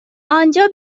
آنجا